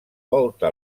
volta